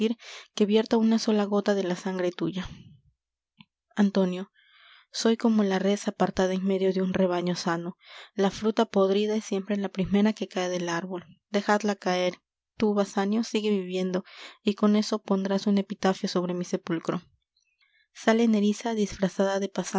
que vierta una sola gota de la sangre tuya antonio soy como la res apartada en medio de un rebaño sano la fruta podrida es siempre la primera que cae del árbol dejadla caer tú basanio sigue viviendo y con eso pondrás un epitafio sobre mi sepulcro sale nerissa disfrazada de